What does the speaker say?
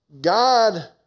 God